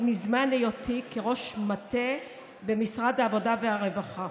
מזמן היותי ראש מטה במשרד העבודה והרווחה.